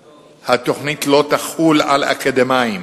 8. התוכנית לא תחול על אקדמאים,